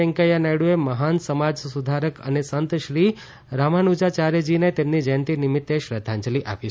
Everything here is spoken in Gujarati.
વેંકૈયા નાયડુએ મહાન સમાજ સુધારક અને સંત શ્રી રામાનુજાચાર્યજીને તેમની જયંતિ નિમિત્તે શ્રદ્ધાંજલિ આપી